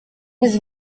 his